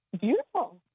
beautiful